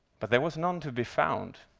but there was none to be found.